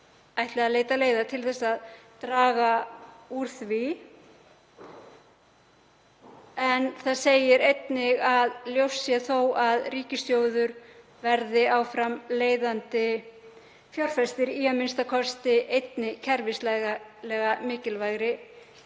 ætli að leita leiða til að draga úr því. Þar segir einnig að ljóst sé þó að ríkissjóður verði áfram leiðandi fjárfestir í a.m.k. einni kerfislega mikilvægri